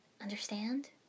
Understand